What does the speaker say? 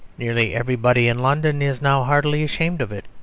nearly everybody in london is now heartily ashamed of it.